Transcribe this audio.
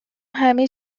همه